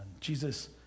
Jesus